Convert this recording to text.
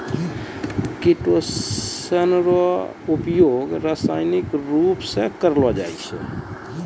chitosan रो उपयोग रासायनिक रुप से करलो जाय छै